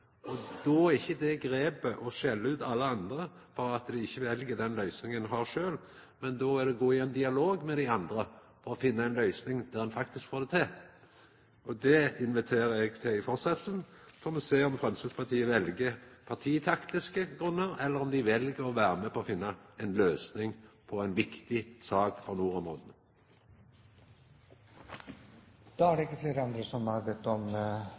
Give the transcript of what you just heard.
mogleg. Då er ikkje det grepet å skjella ut alle andre for at dei ikkje vel den løysinga ein har sjølv, men då er det å gå i ein dialog med dei andre for å finna ei løysing som gjer at ein faktisk får det til. Det inviterer eg til i fortsetjinga. Så får me sjå om Framstegspartiet vel partitaktisk, eller om dei vel å vera med på å finna ei løysing på ei viktig sak for nordområda. Flere har ikke bedt om